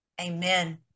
amen